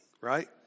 right